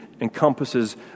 encompasses